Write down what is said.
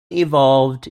evolved